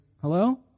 hello